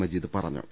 മജീദ് പറഞ്ഞു